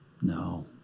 no